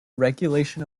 regulation